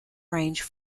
range